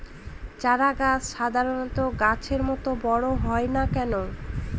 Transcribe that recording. চারা গাছ সাধারণ গাছের মত বড় হয় না কেনো?